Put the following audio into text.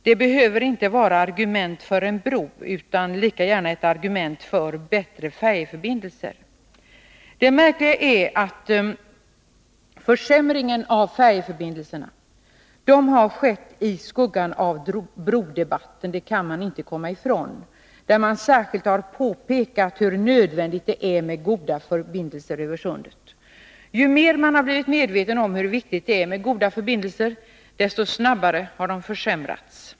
Det behöver alltså inte vara ett argument för en bro utan kan lika gärna vara ett argument för bättre färjeförbindelser. Försämringen av färjeförbindelserna har skett i skuggan av brodebatten — det kan man inte komma ifrån. Ju mer medveten man har blivit om hur viktigt det är med goda förbindelser, desto snabbare har de försämrats.